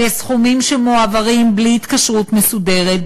אלה סכומים שמועברים בלי התקשרות מסודרת,